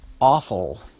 awful